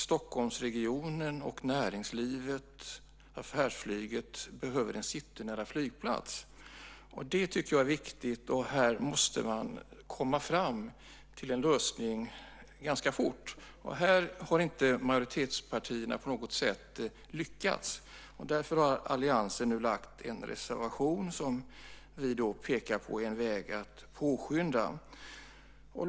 Stockholmsregionen, näringslivet och affärsflyget behöver en citynära flygplats. Det tycker jag är viktigt. Här måste man komma fram till en lösning ganska fort, och här har inte majoritetspartierna på något sätt lyckats. Därför har alliansen lagt fram en reservation där vi pekar på en väg att påskynda detta.